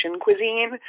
cuisine